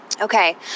okay